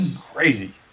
Crazy